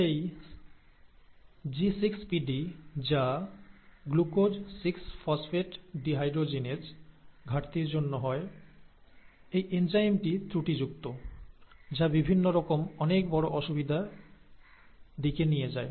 এই G6PD যা 'glucose 6 phosphate dehydrogenase' ঘাটতির জন্য হয় এই এনজাইমটি ত্রুটিযুক্ত যা বিভিন্ন রকম অনেক বড় অসুবিধার দিকে নিয়ে যায়